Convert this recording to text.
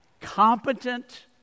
competent